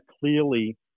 clearly